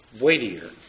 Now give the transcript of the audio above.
weightier